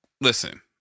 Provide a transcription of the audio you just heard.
listen